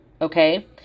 okay